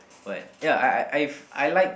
but ya I I I've I like